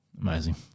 Amazing